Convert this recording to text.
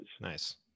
Nice